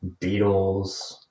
Beatles